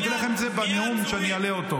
אני אתן לכם את זה בנאום, כשאני אעלה אותו.